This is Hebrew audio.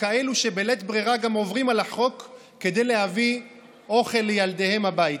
וכאלו שבלית ברירה גם עוברים על החוק כדי להביא אוכל לילדיהם הביתה.